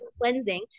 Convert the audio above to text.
cleansing